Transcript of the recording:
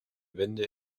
wende